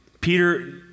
Peter